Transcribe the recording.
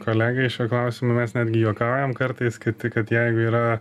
kolegai šiuo klausimu mes netgi juokaujam kartais kad tai kad jeigu yra